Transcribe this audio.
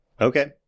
Okay